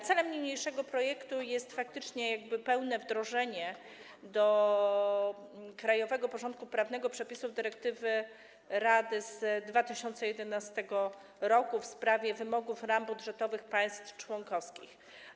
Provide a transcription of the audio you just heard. Celem niniejszego projektu jest faktycznie pełne wdrożenie do krajowego porządku prawnego przepisów dyrektywy Rady z 2011 r. w sprawie wymogów dla ram budżetowych państw członkowskich.